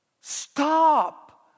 stop